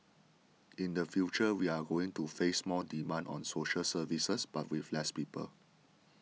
in the future we are going to face more demand on social services but with less people